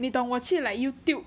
你懂我去 like Youtube